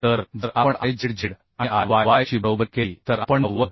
तर जर आपण I z z आणि I y y ची बरोबरी केली तर आपण 90